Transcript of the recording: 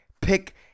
Pick